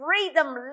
freedom